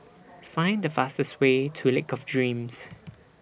Find The fastest Way to Lake of Dreams